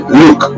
look